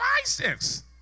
license